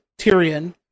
Tyrion